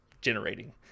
generating